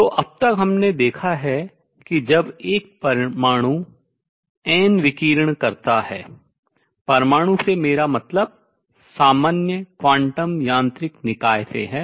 तो अब तक हमने देखा है कि जब एक परमाणु n विकिरण करता है परमाणु से मेरा मतलब सामान्य क्वांटम यांत्रिक निकाय से है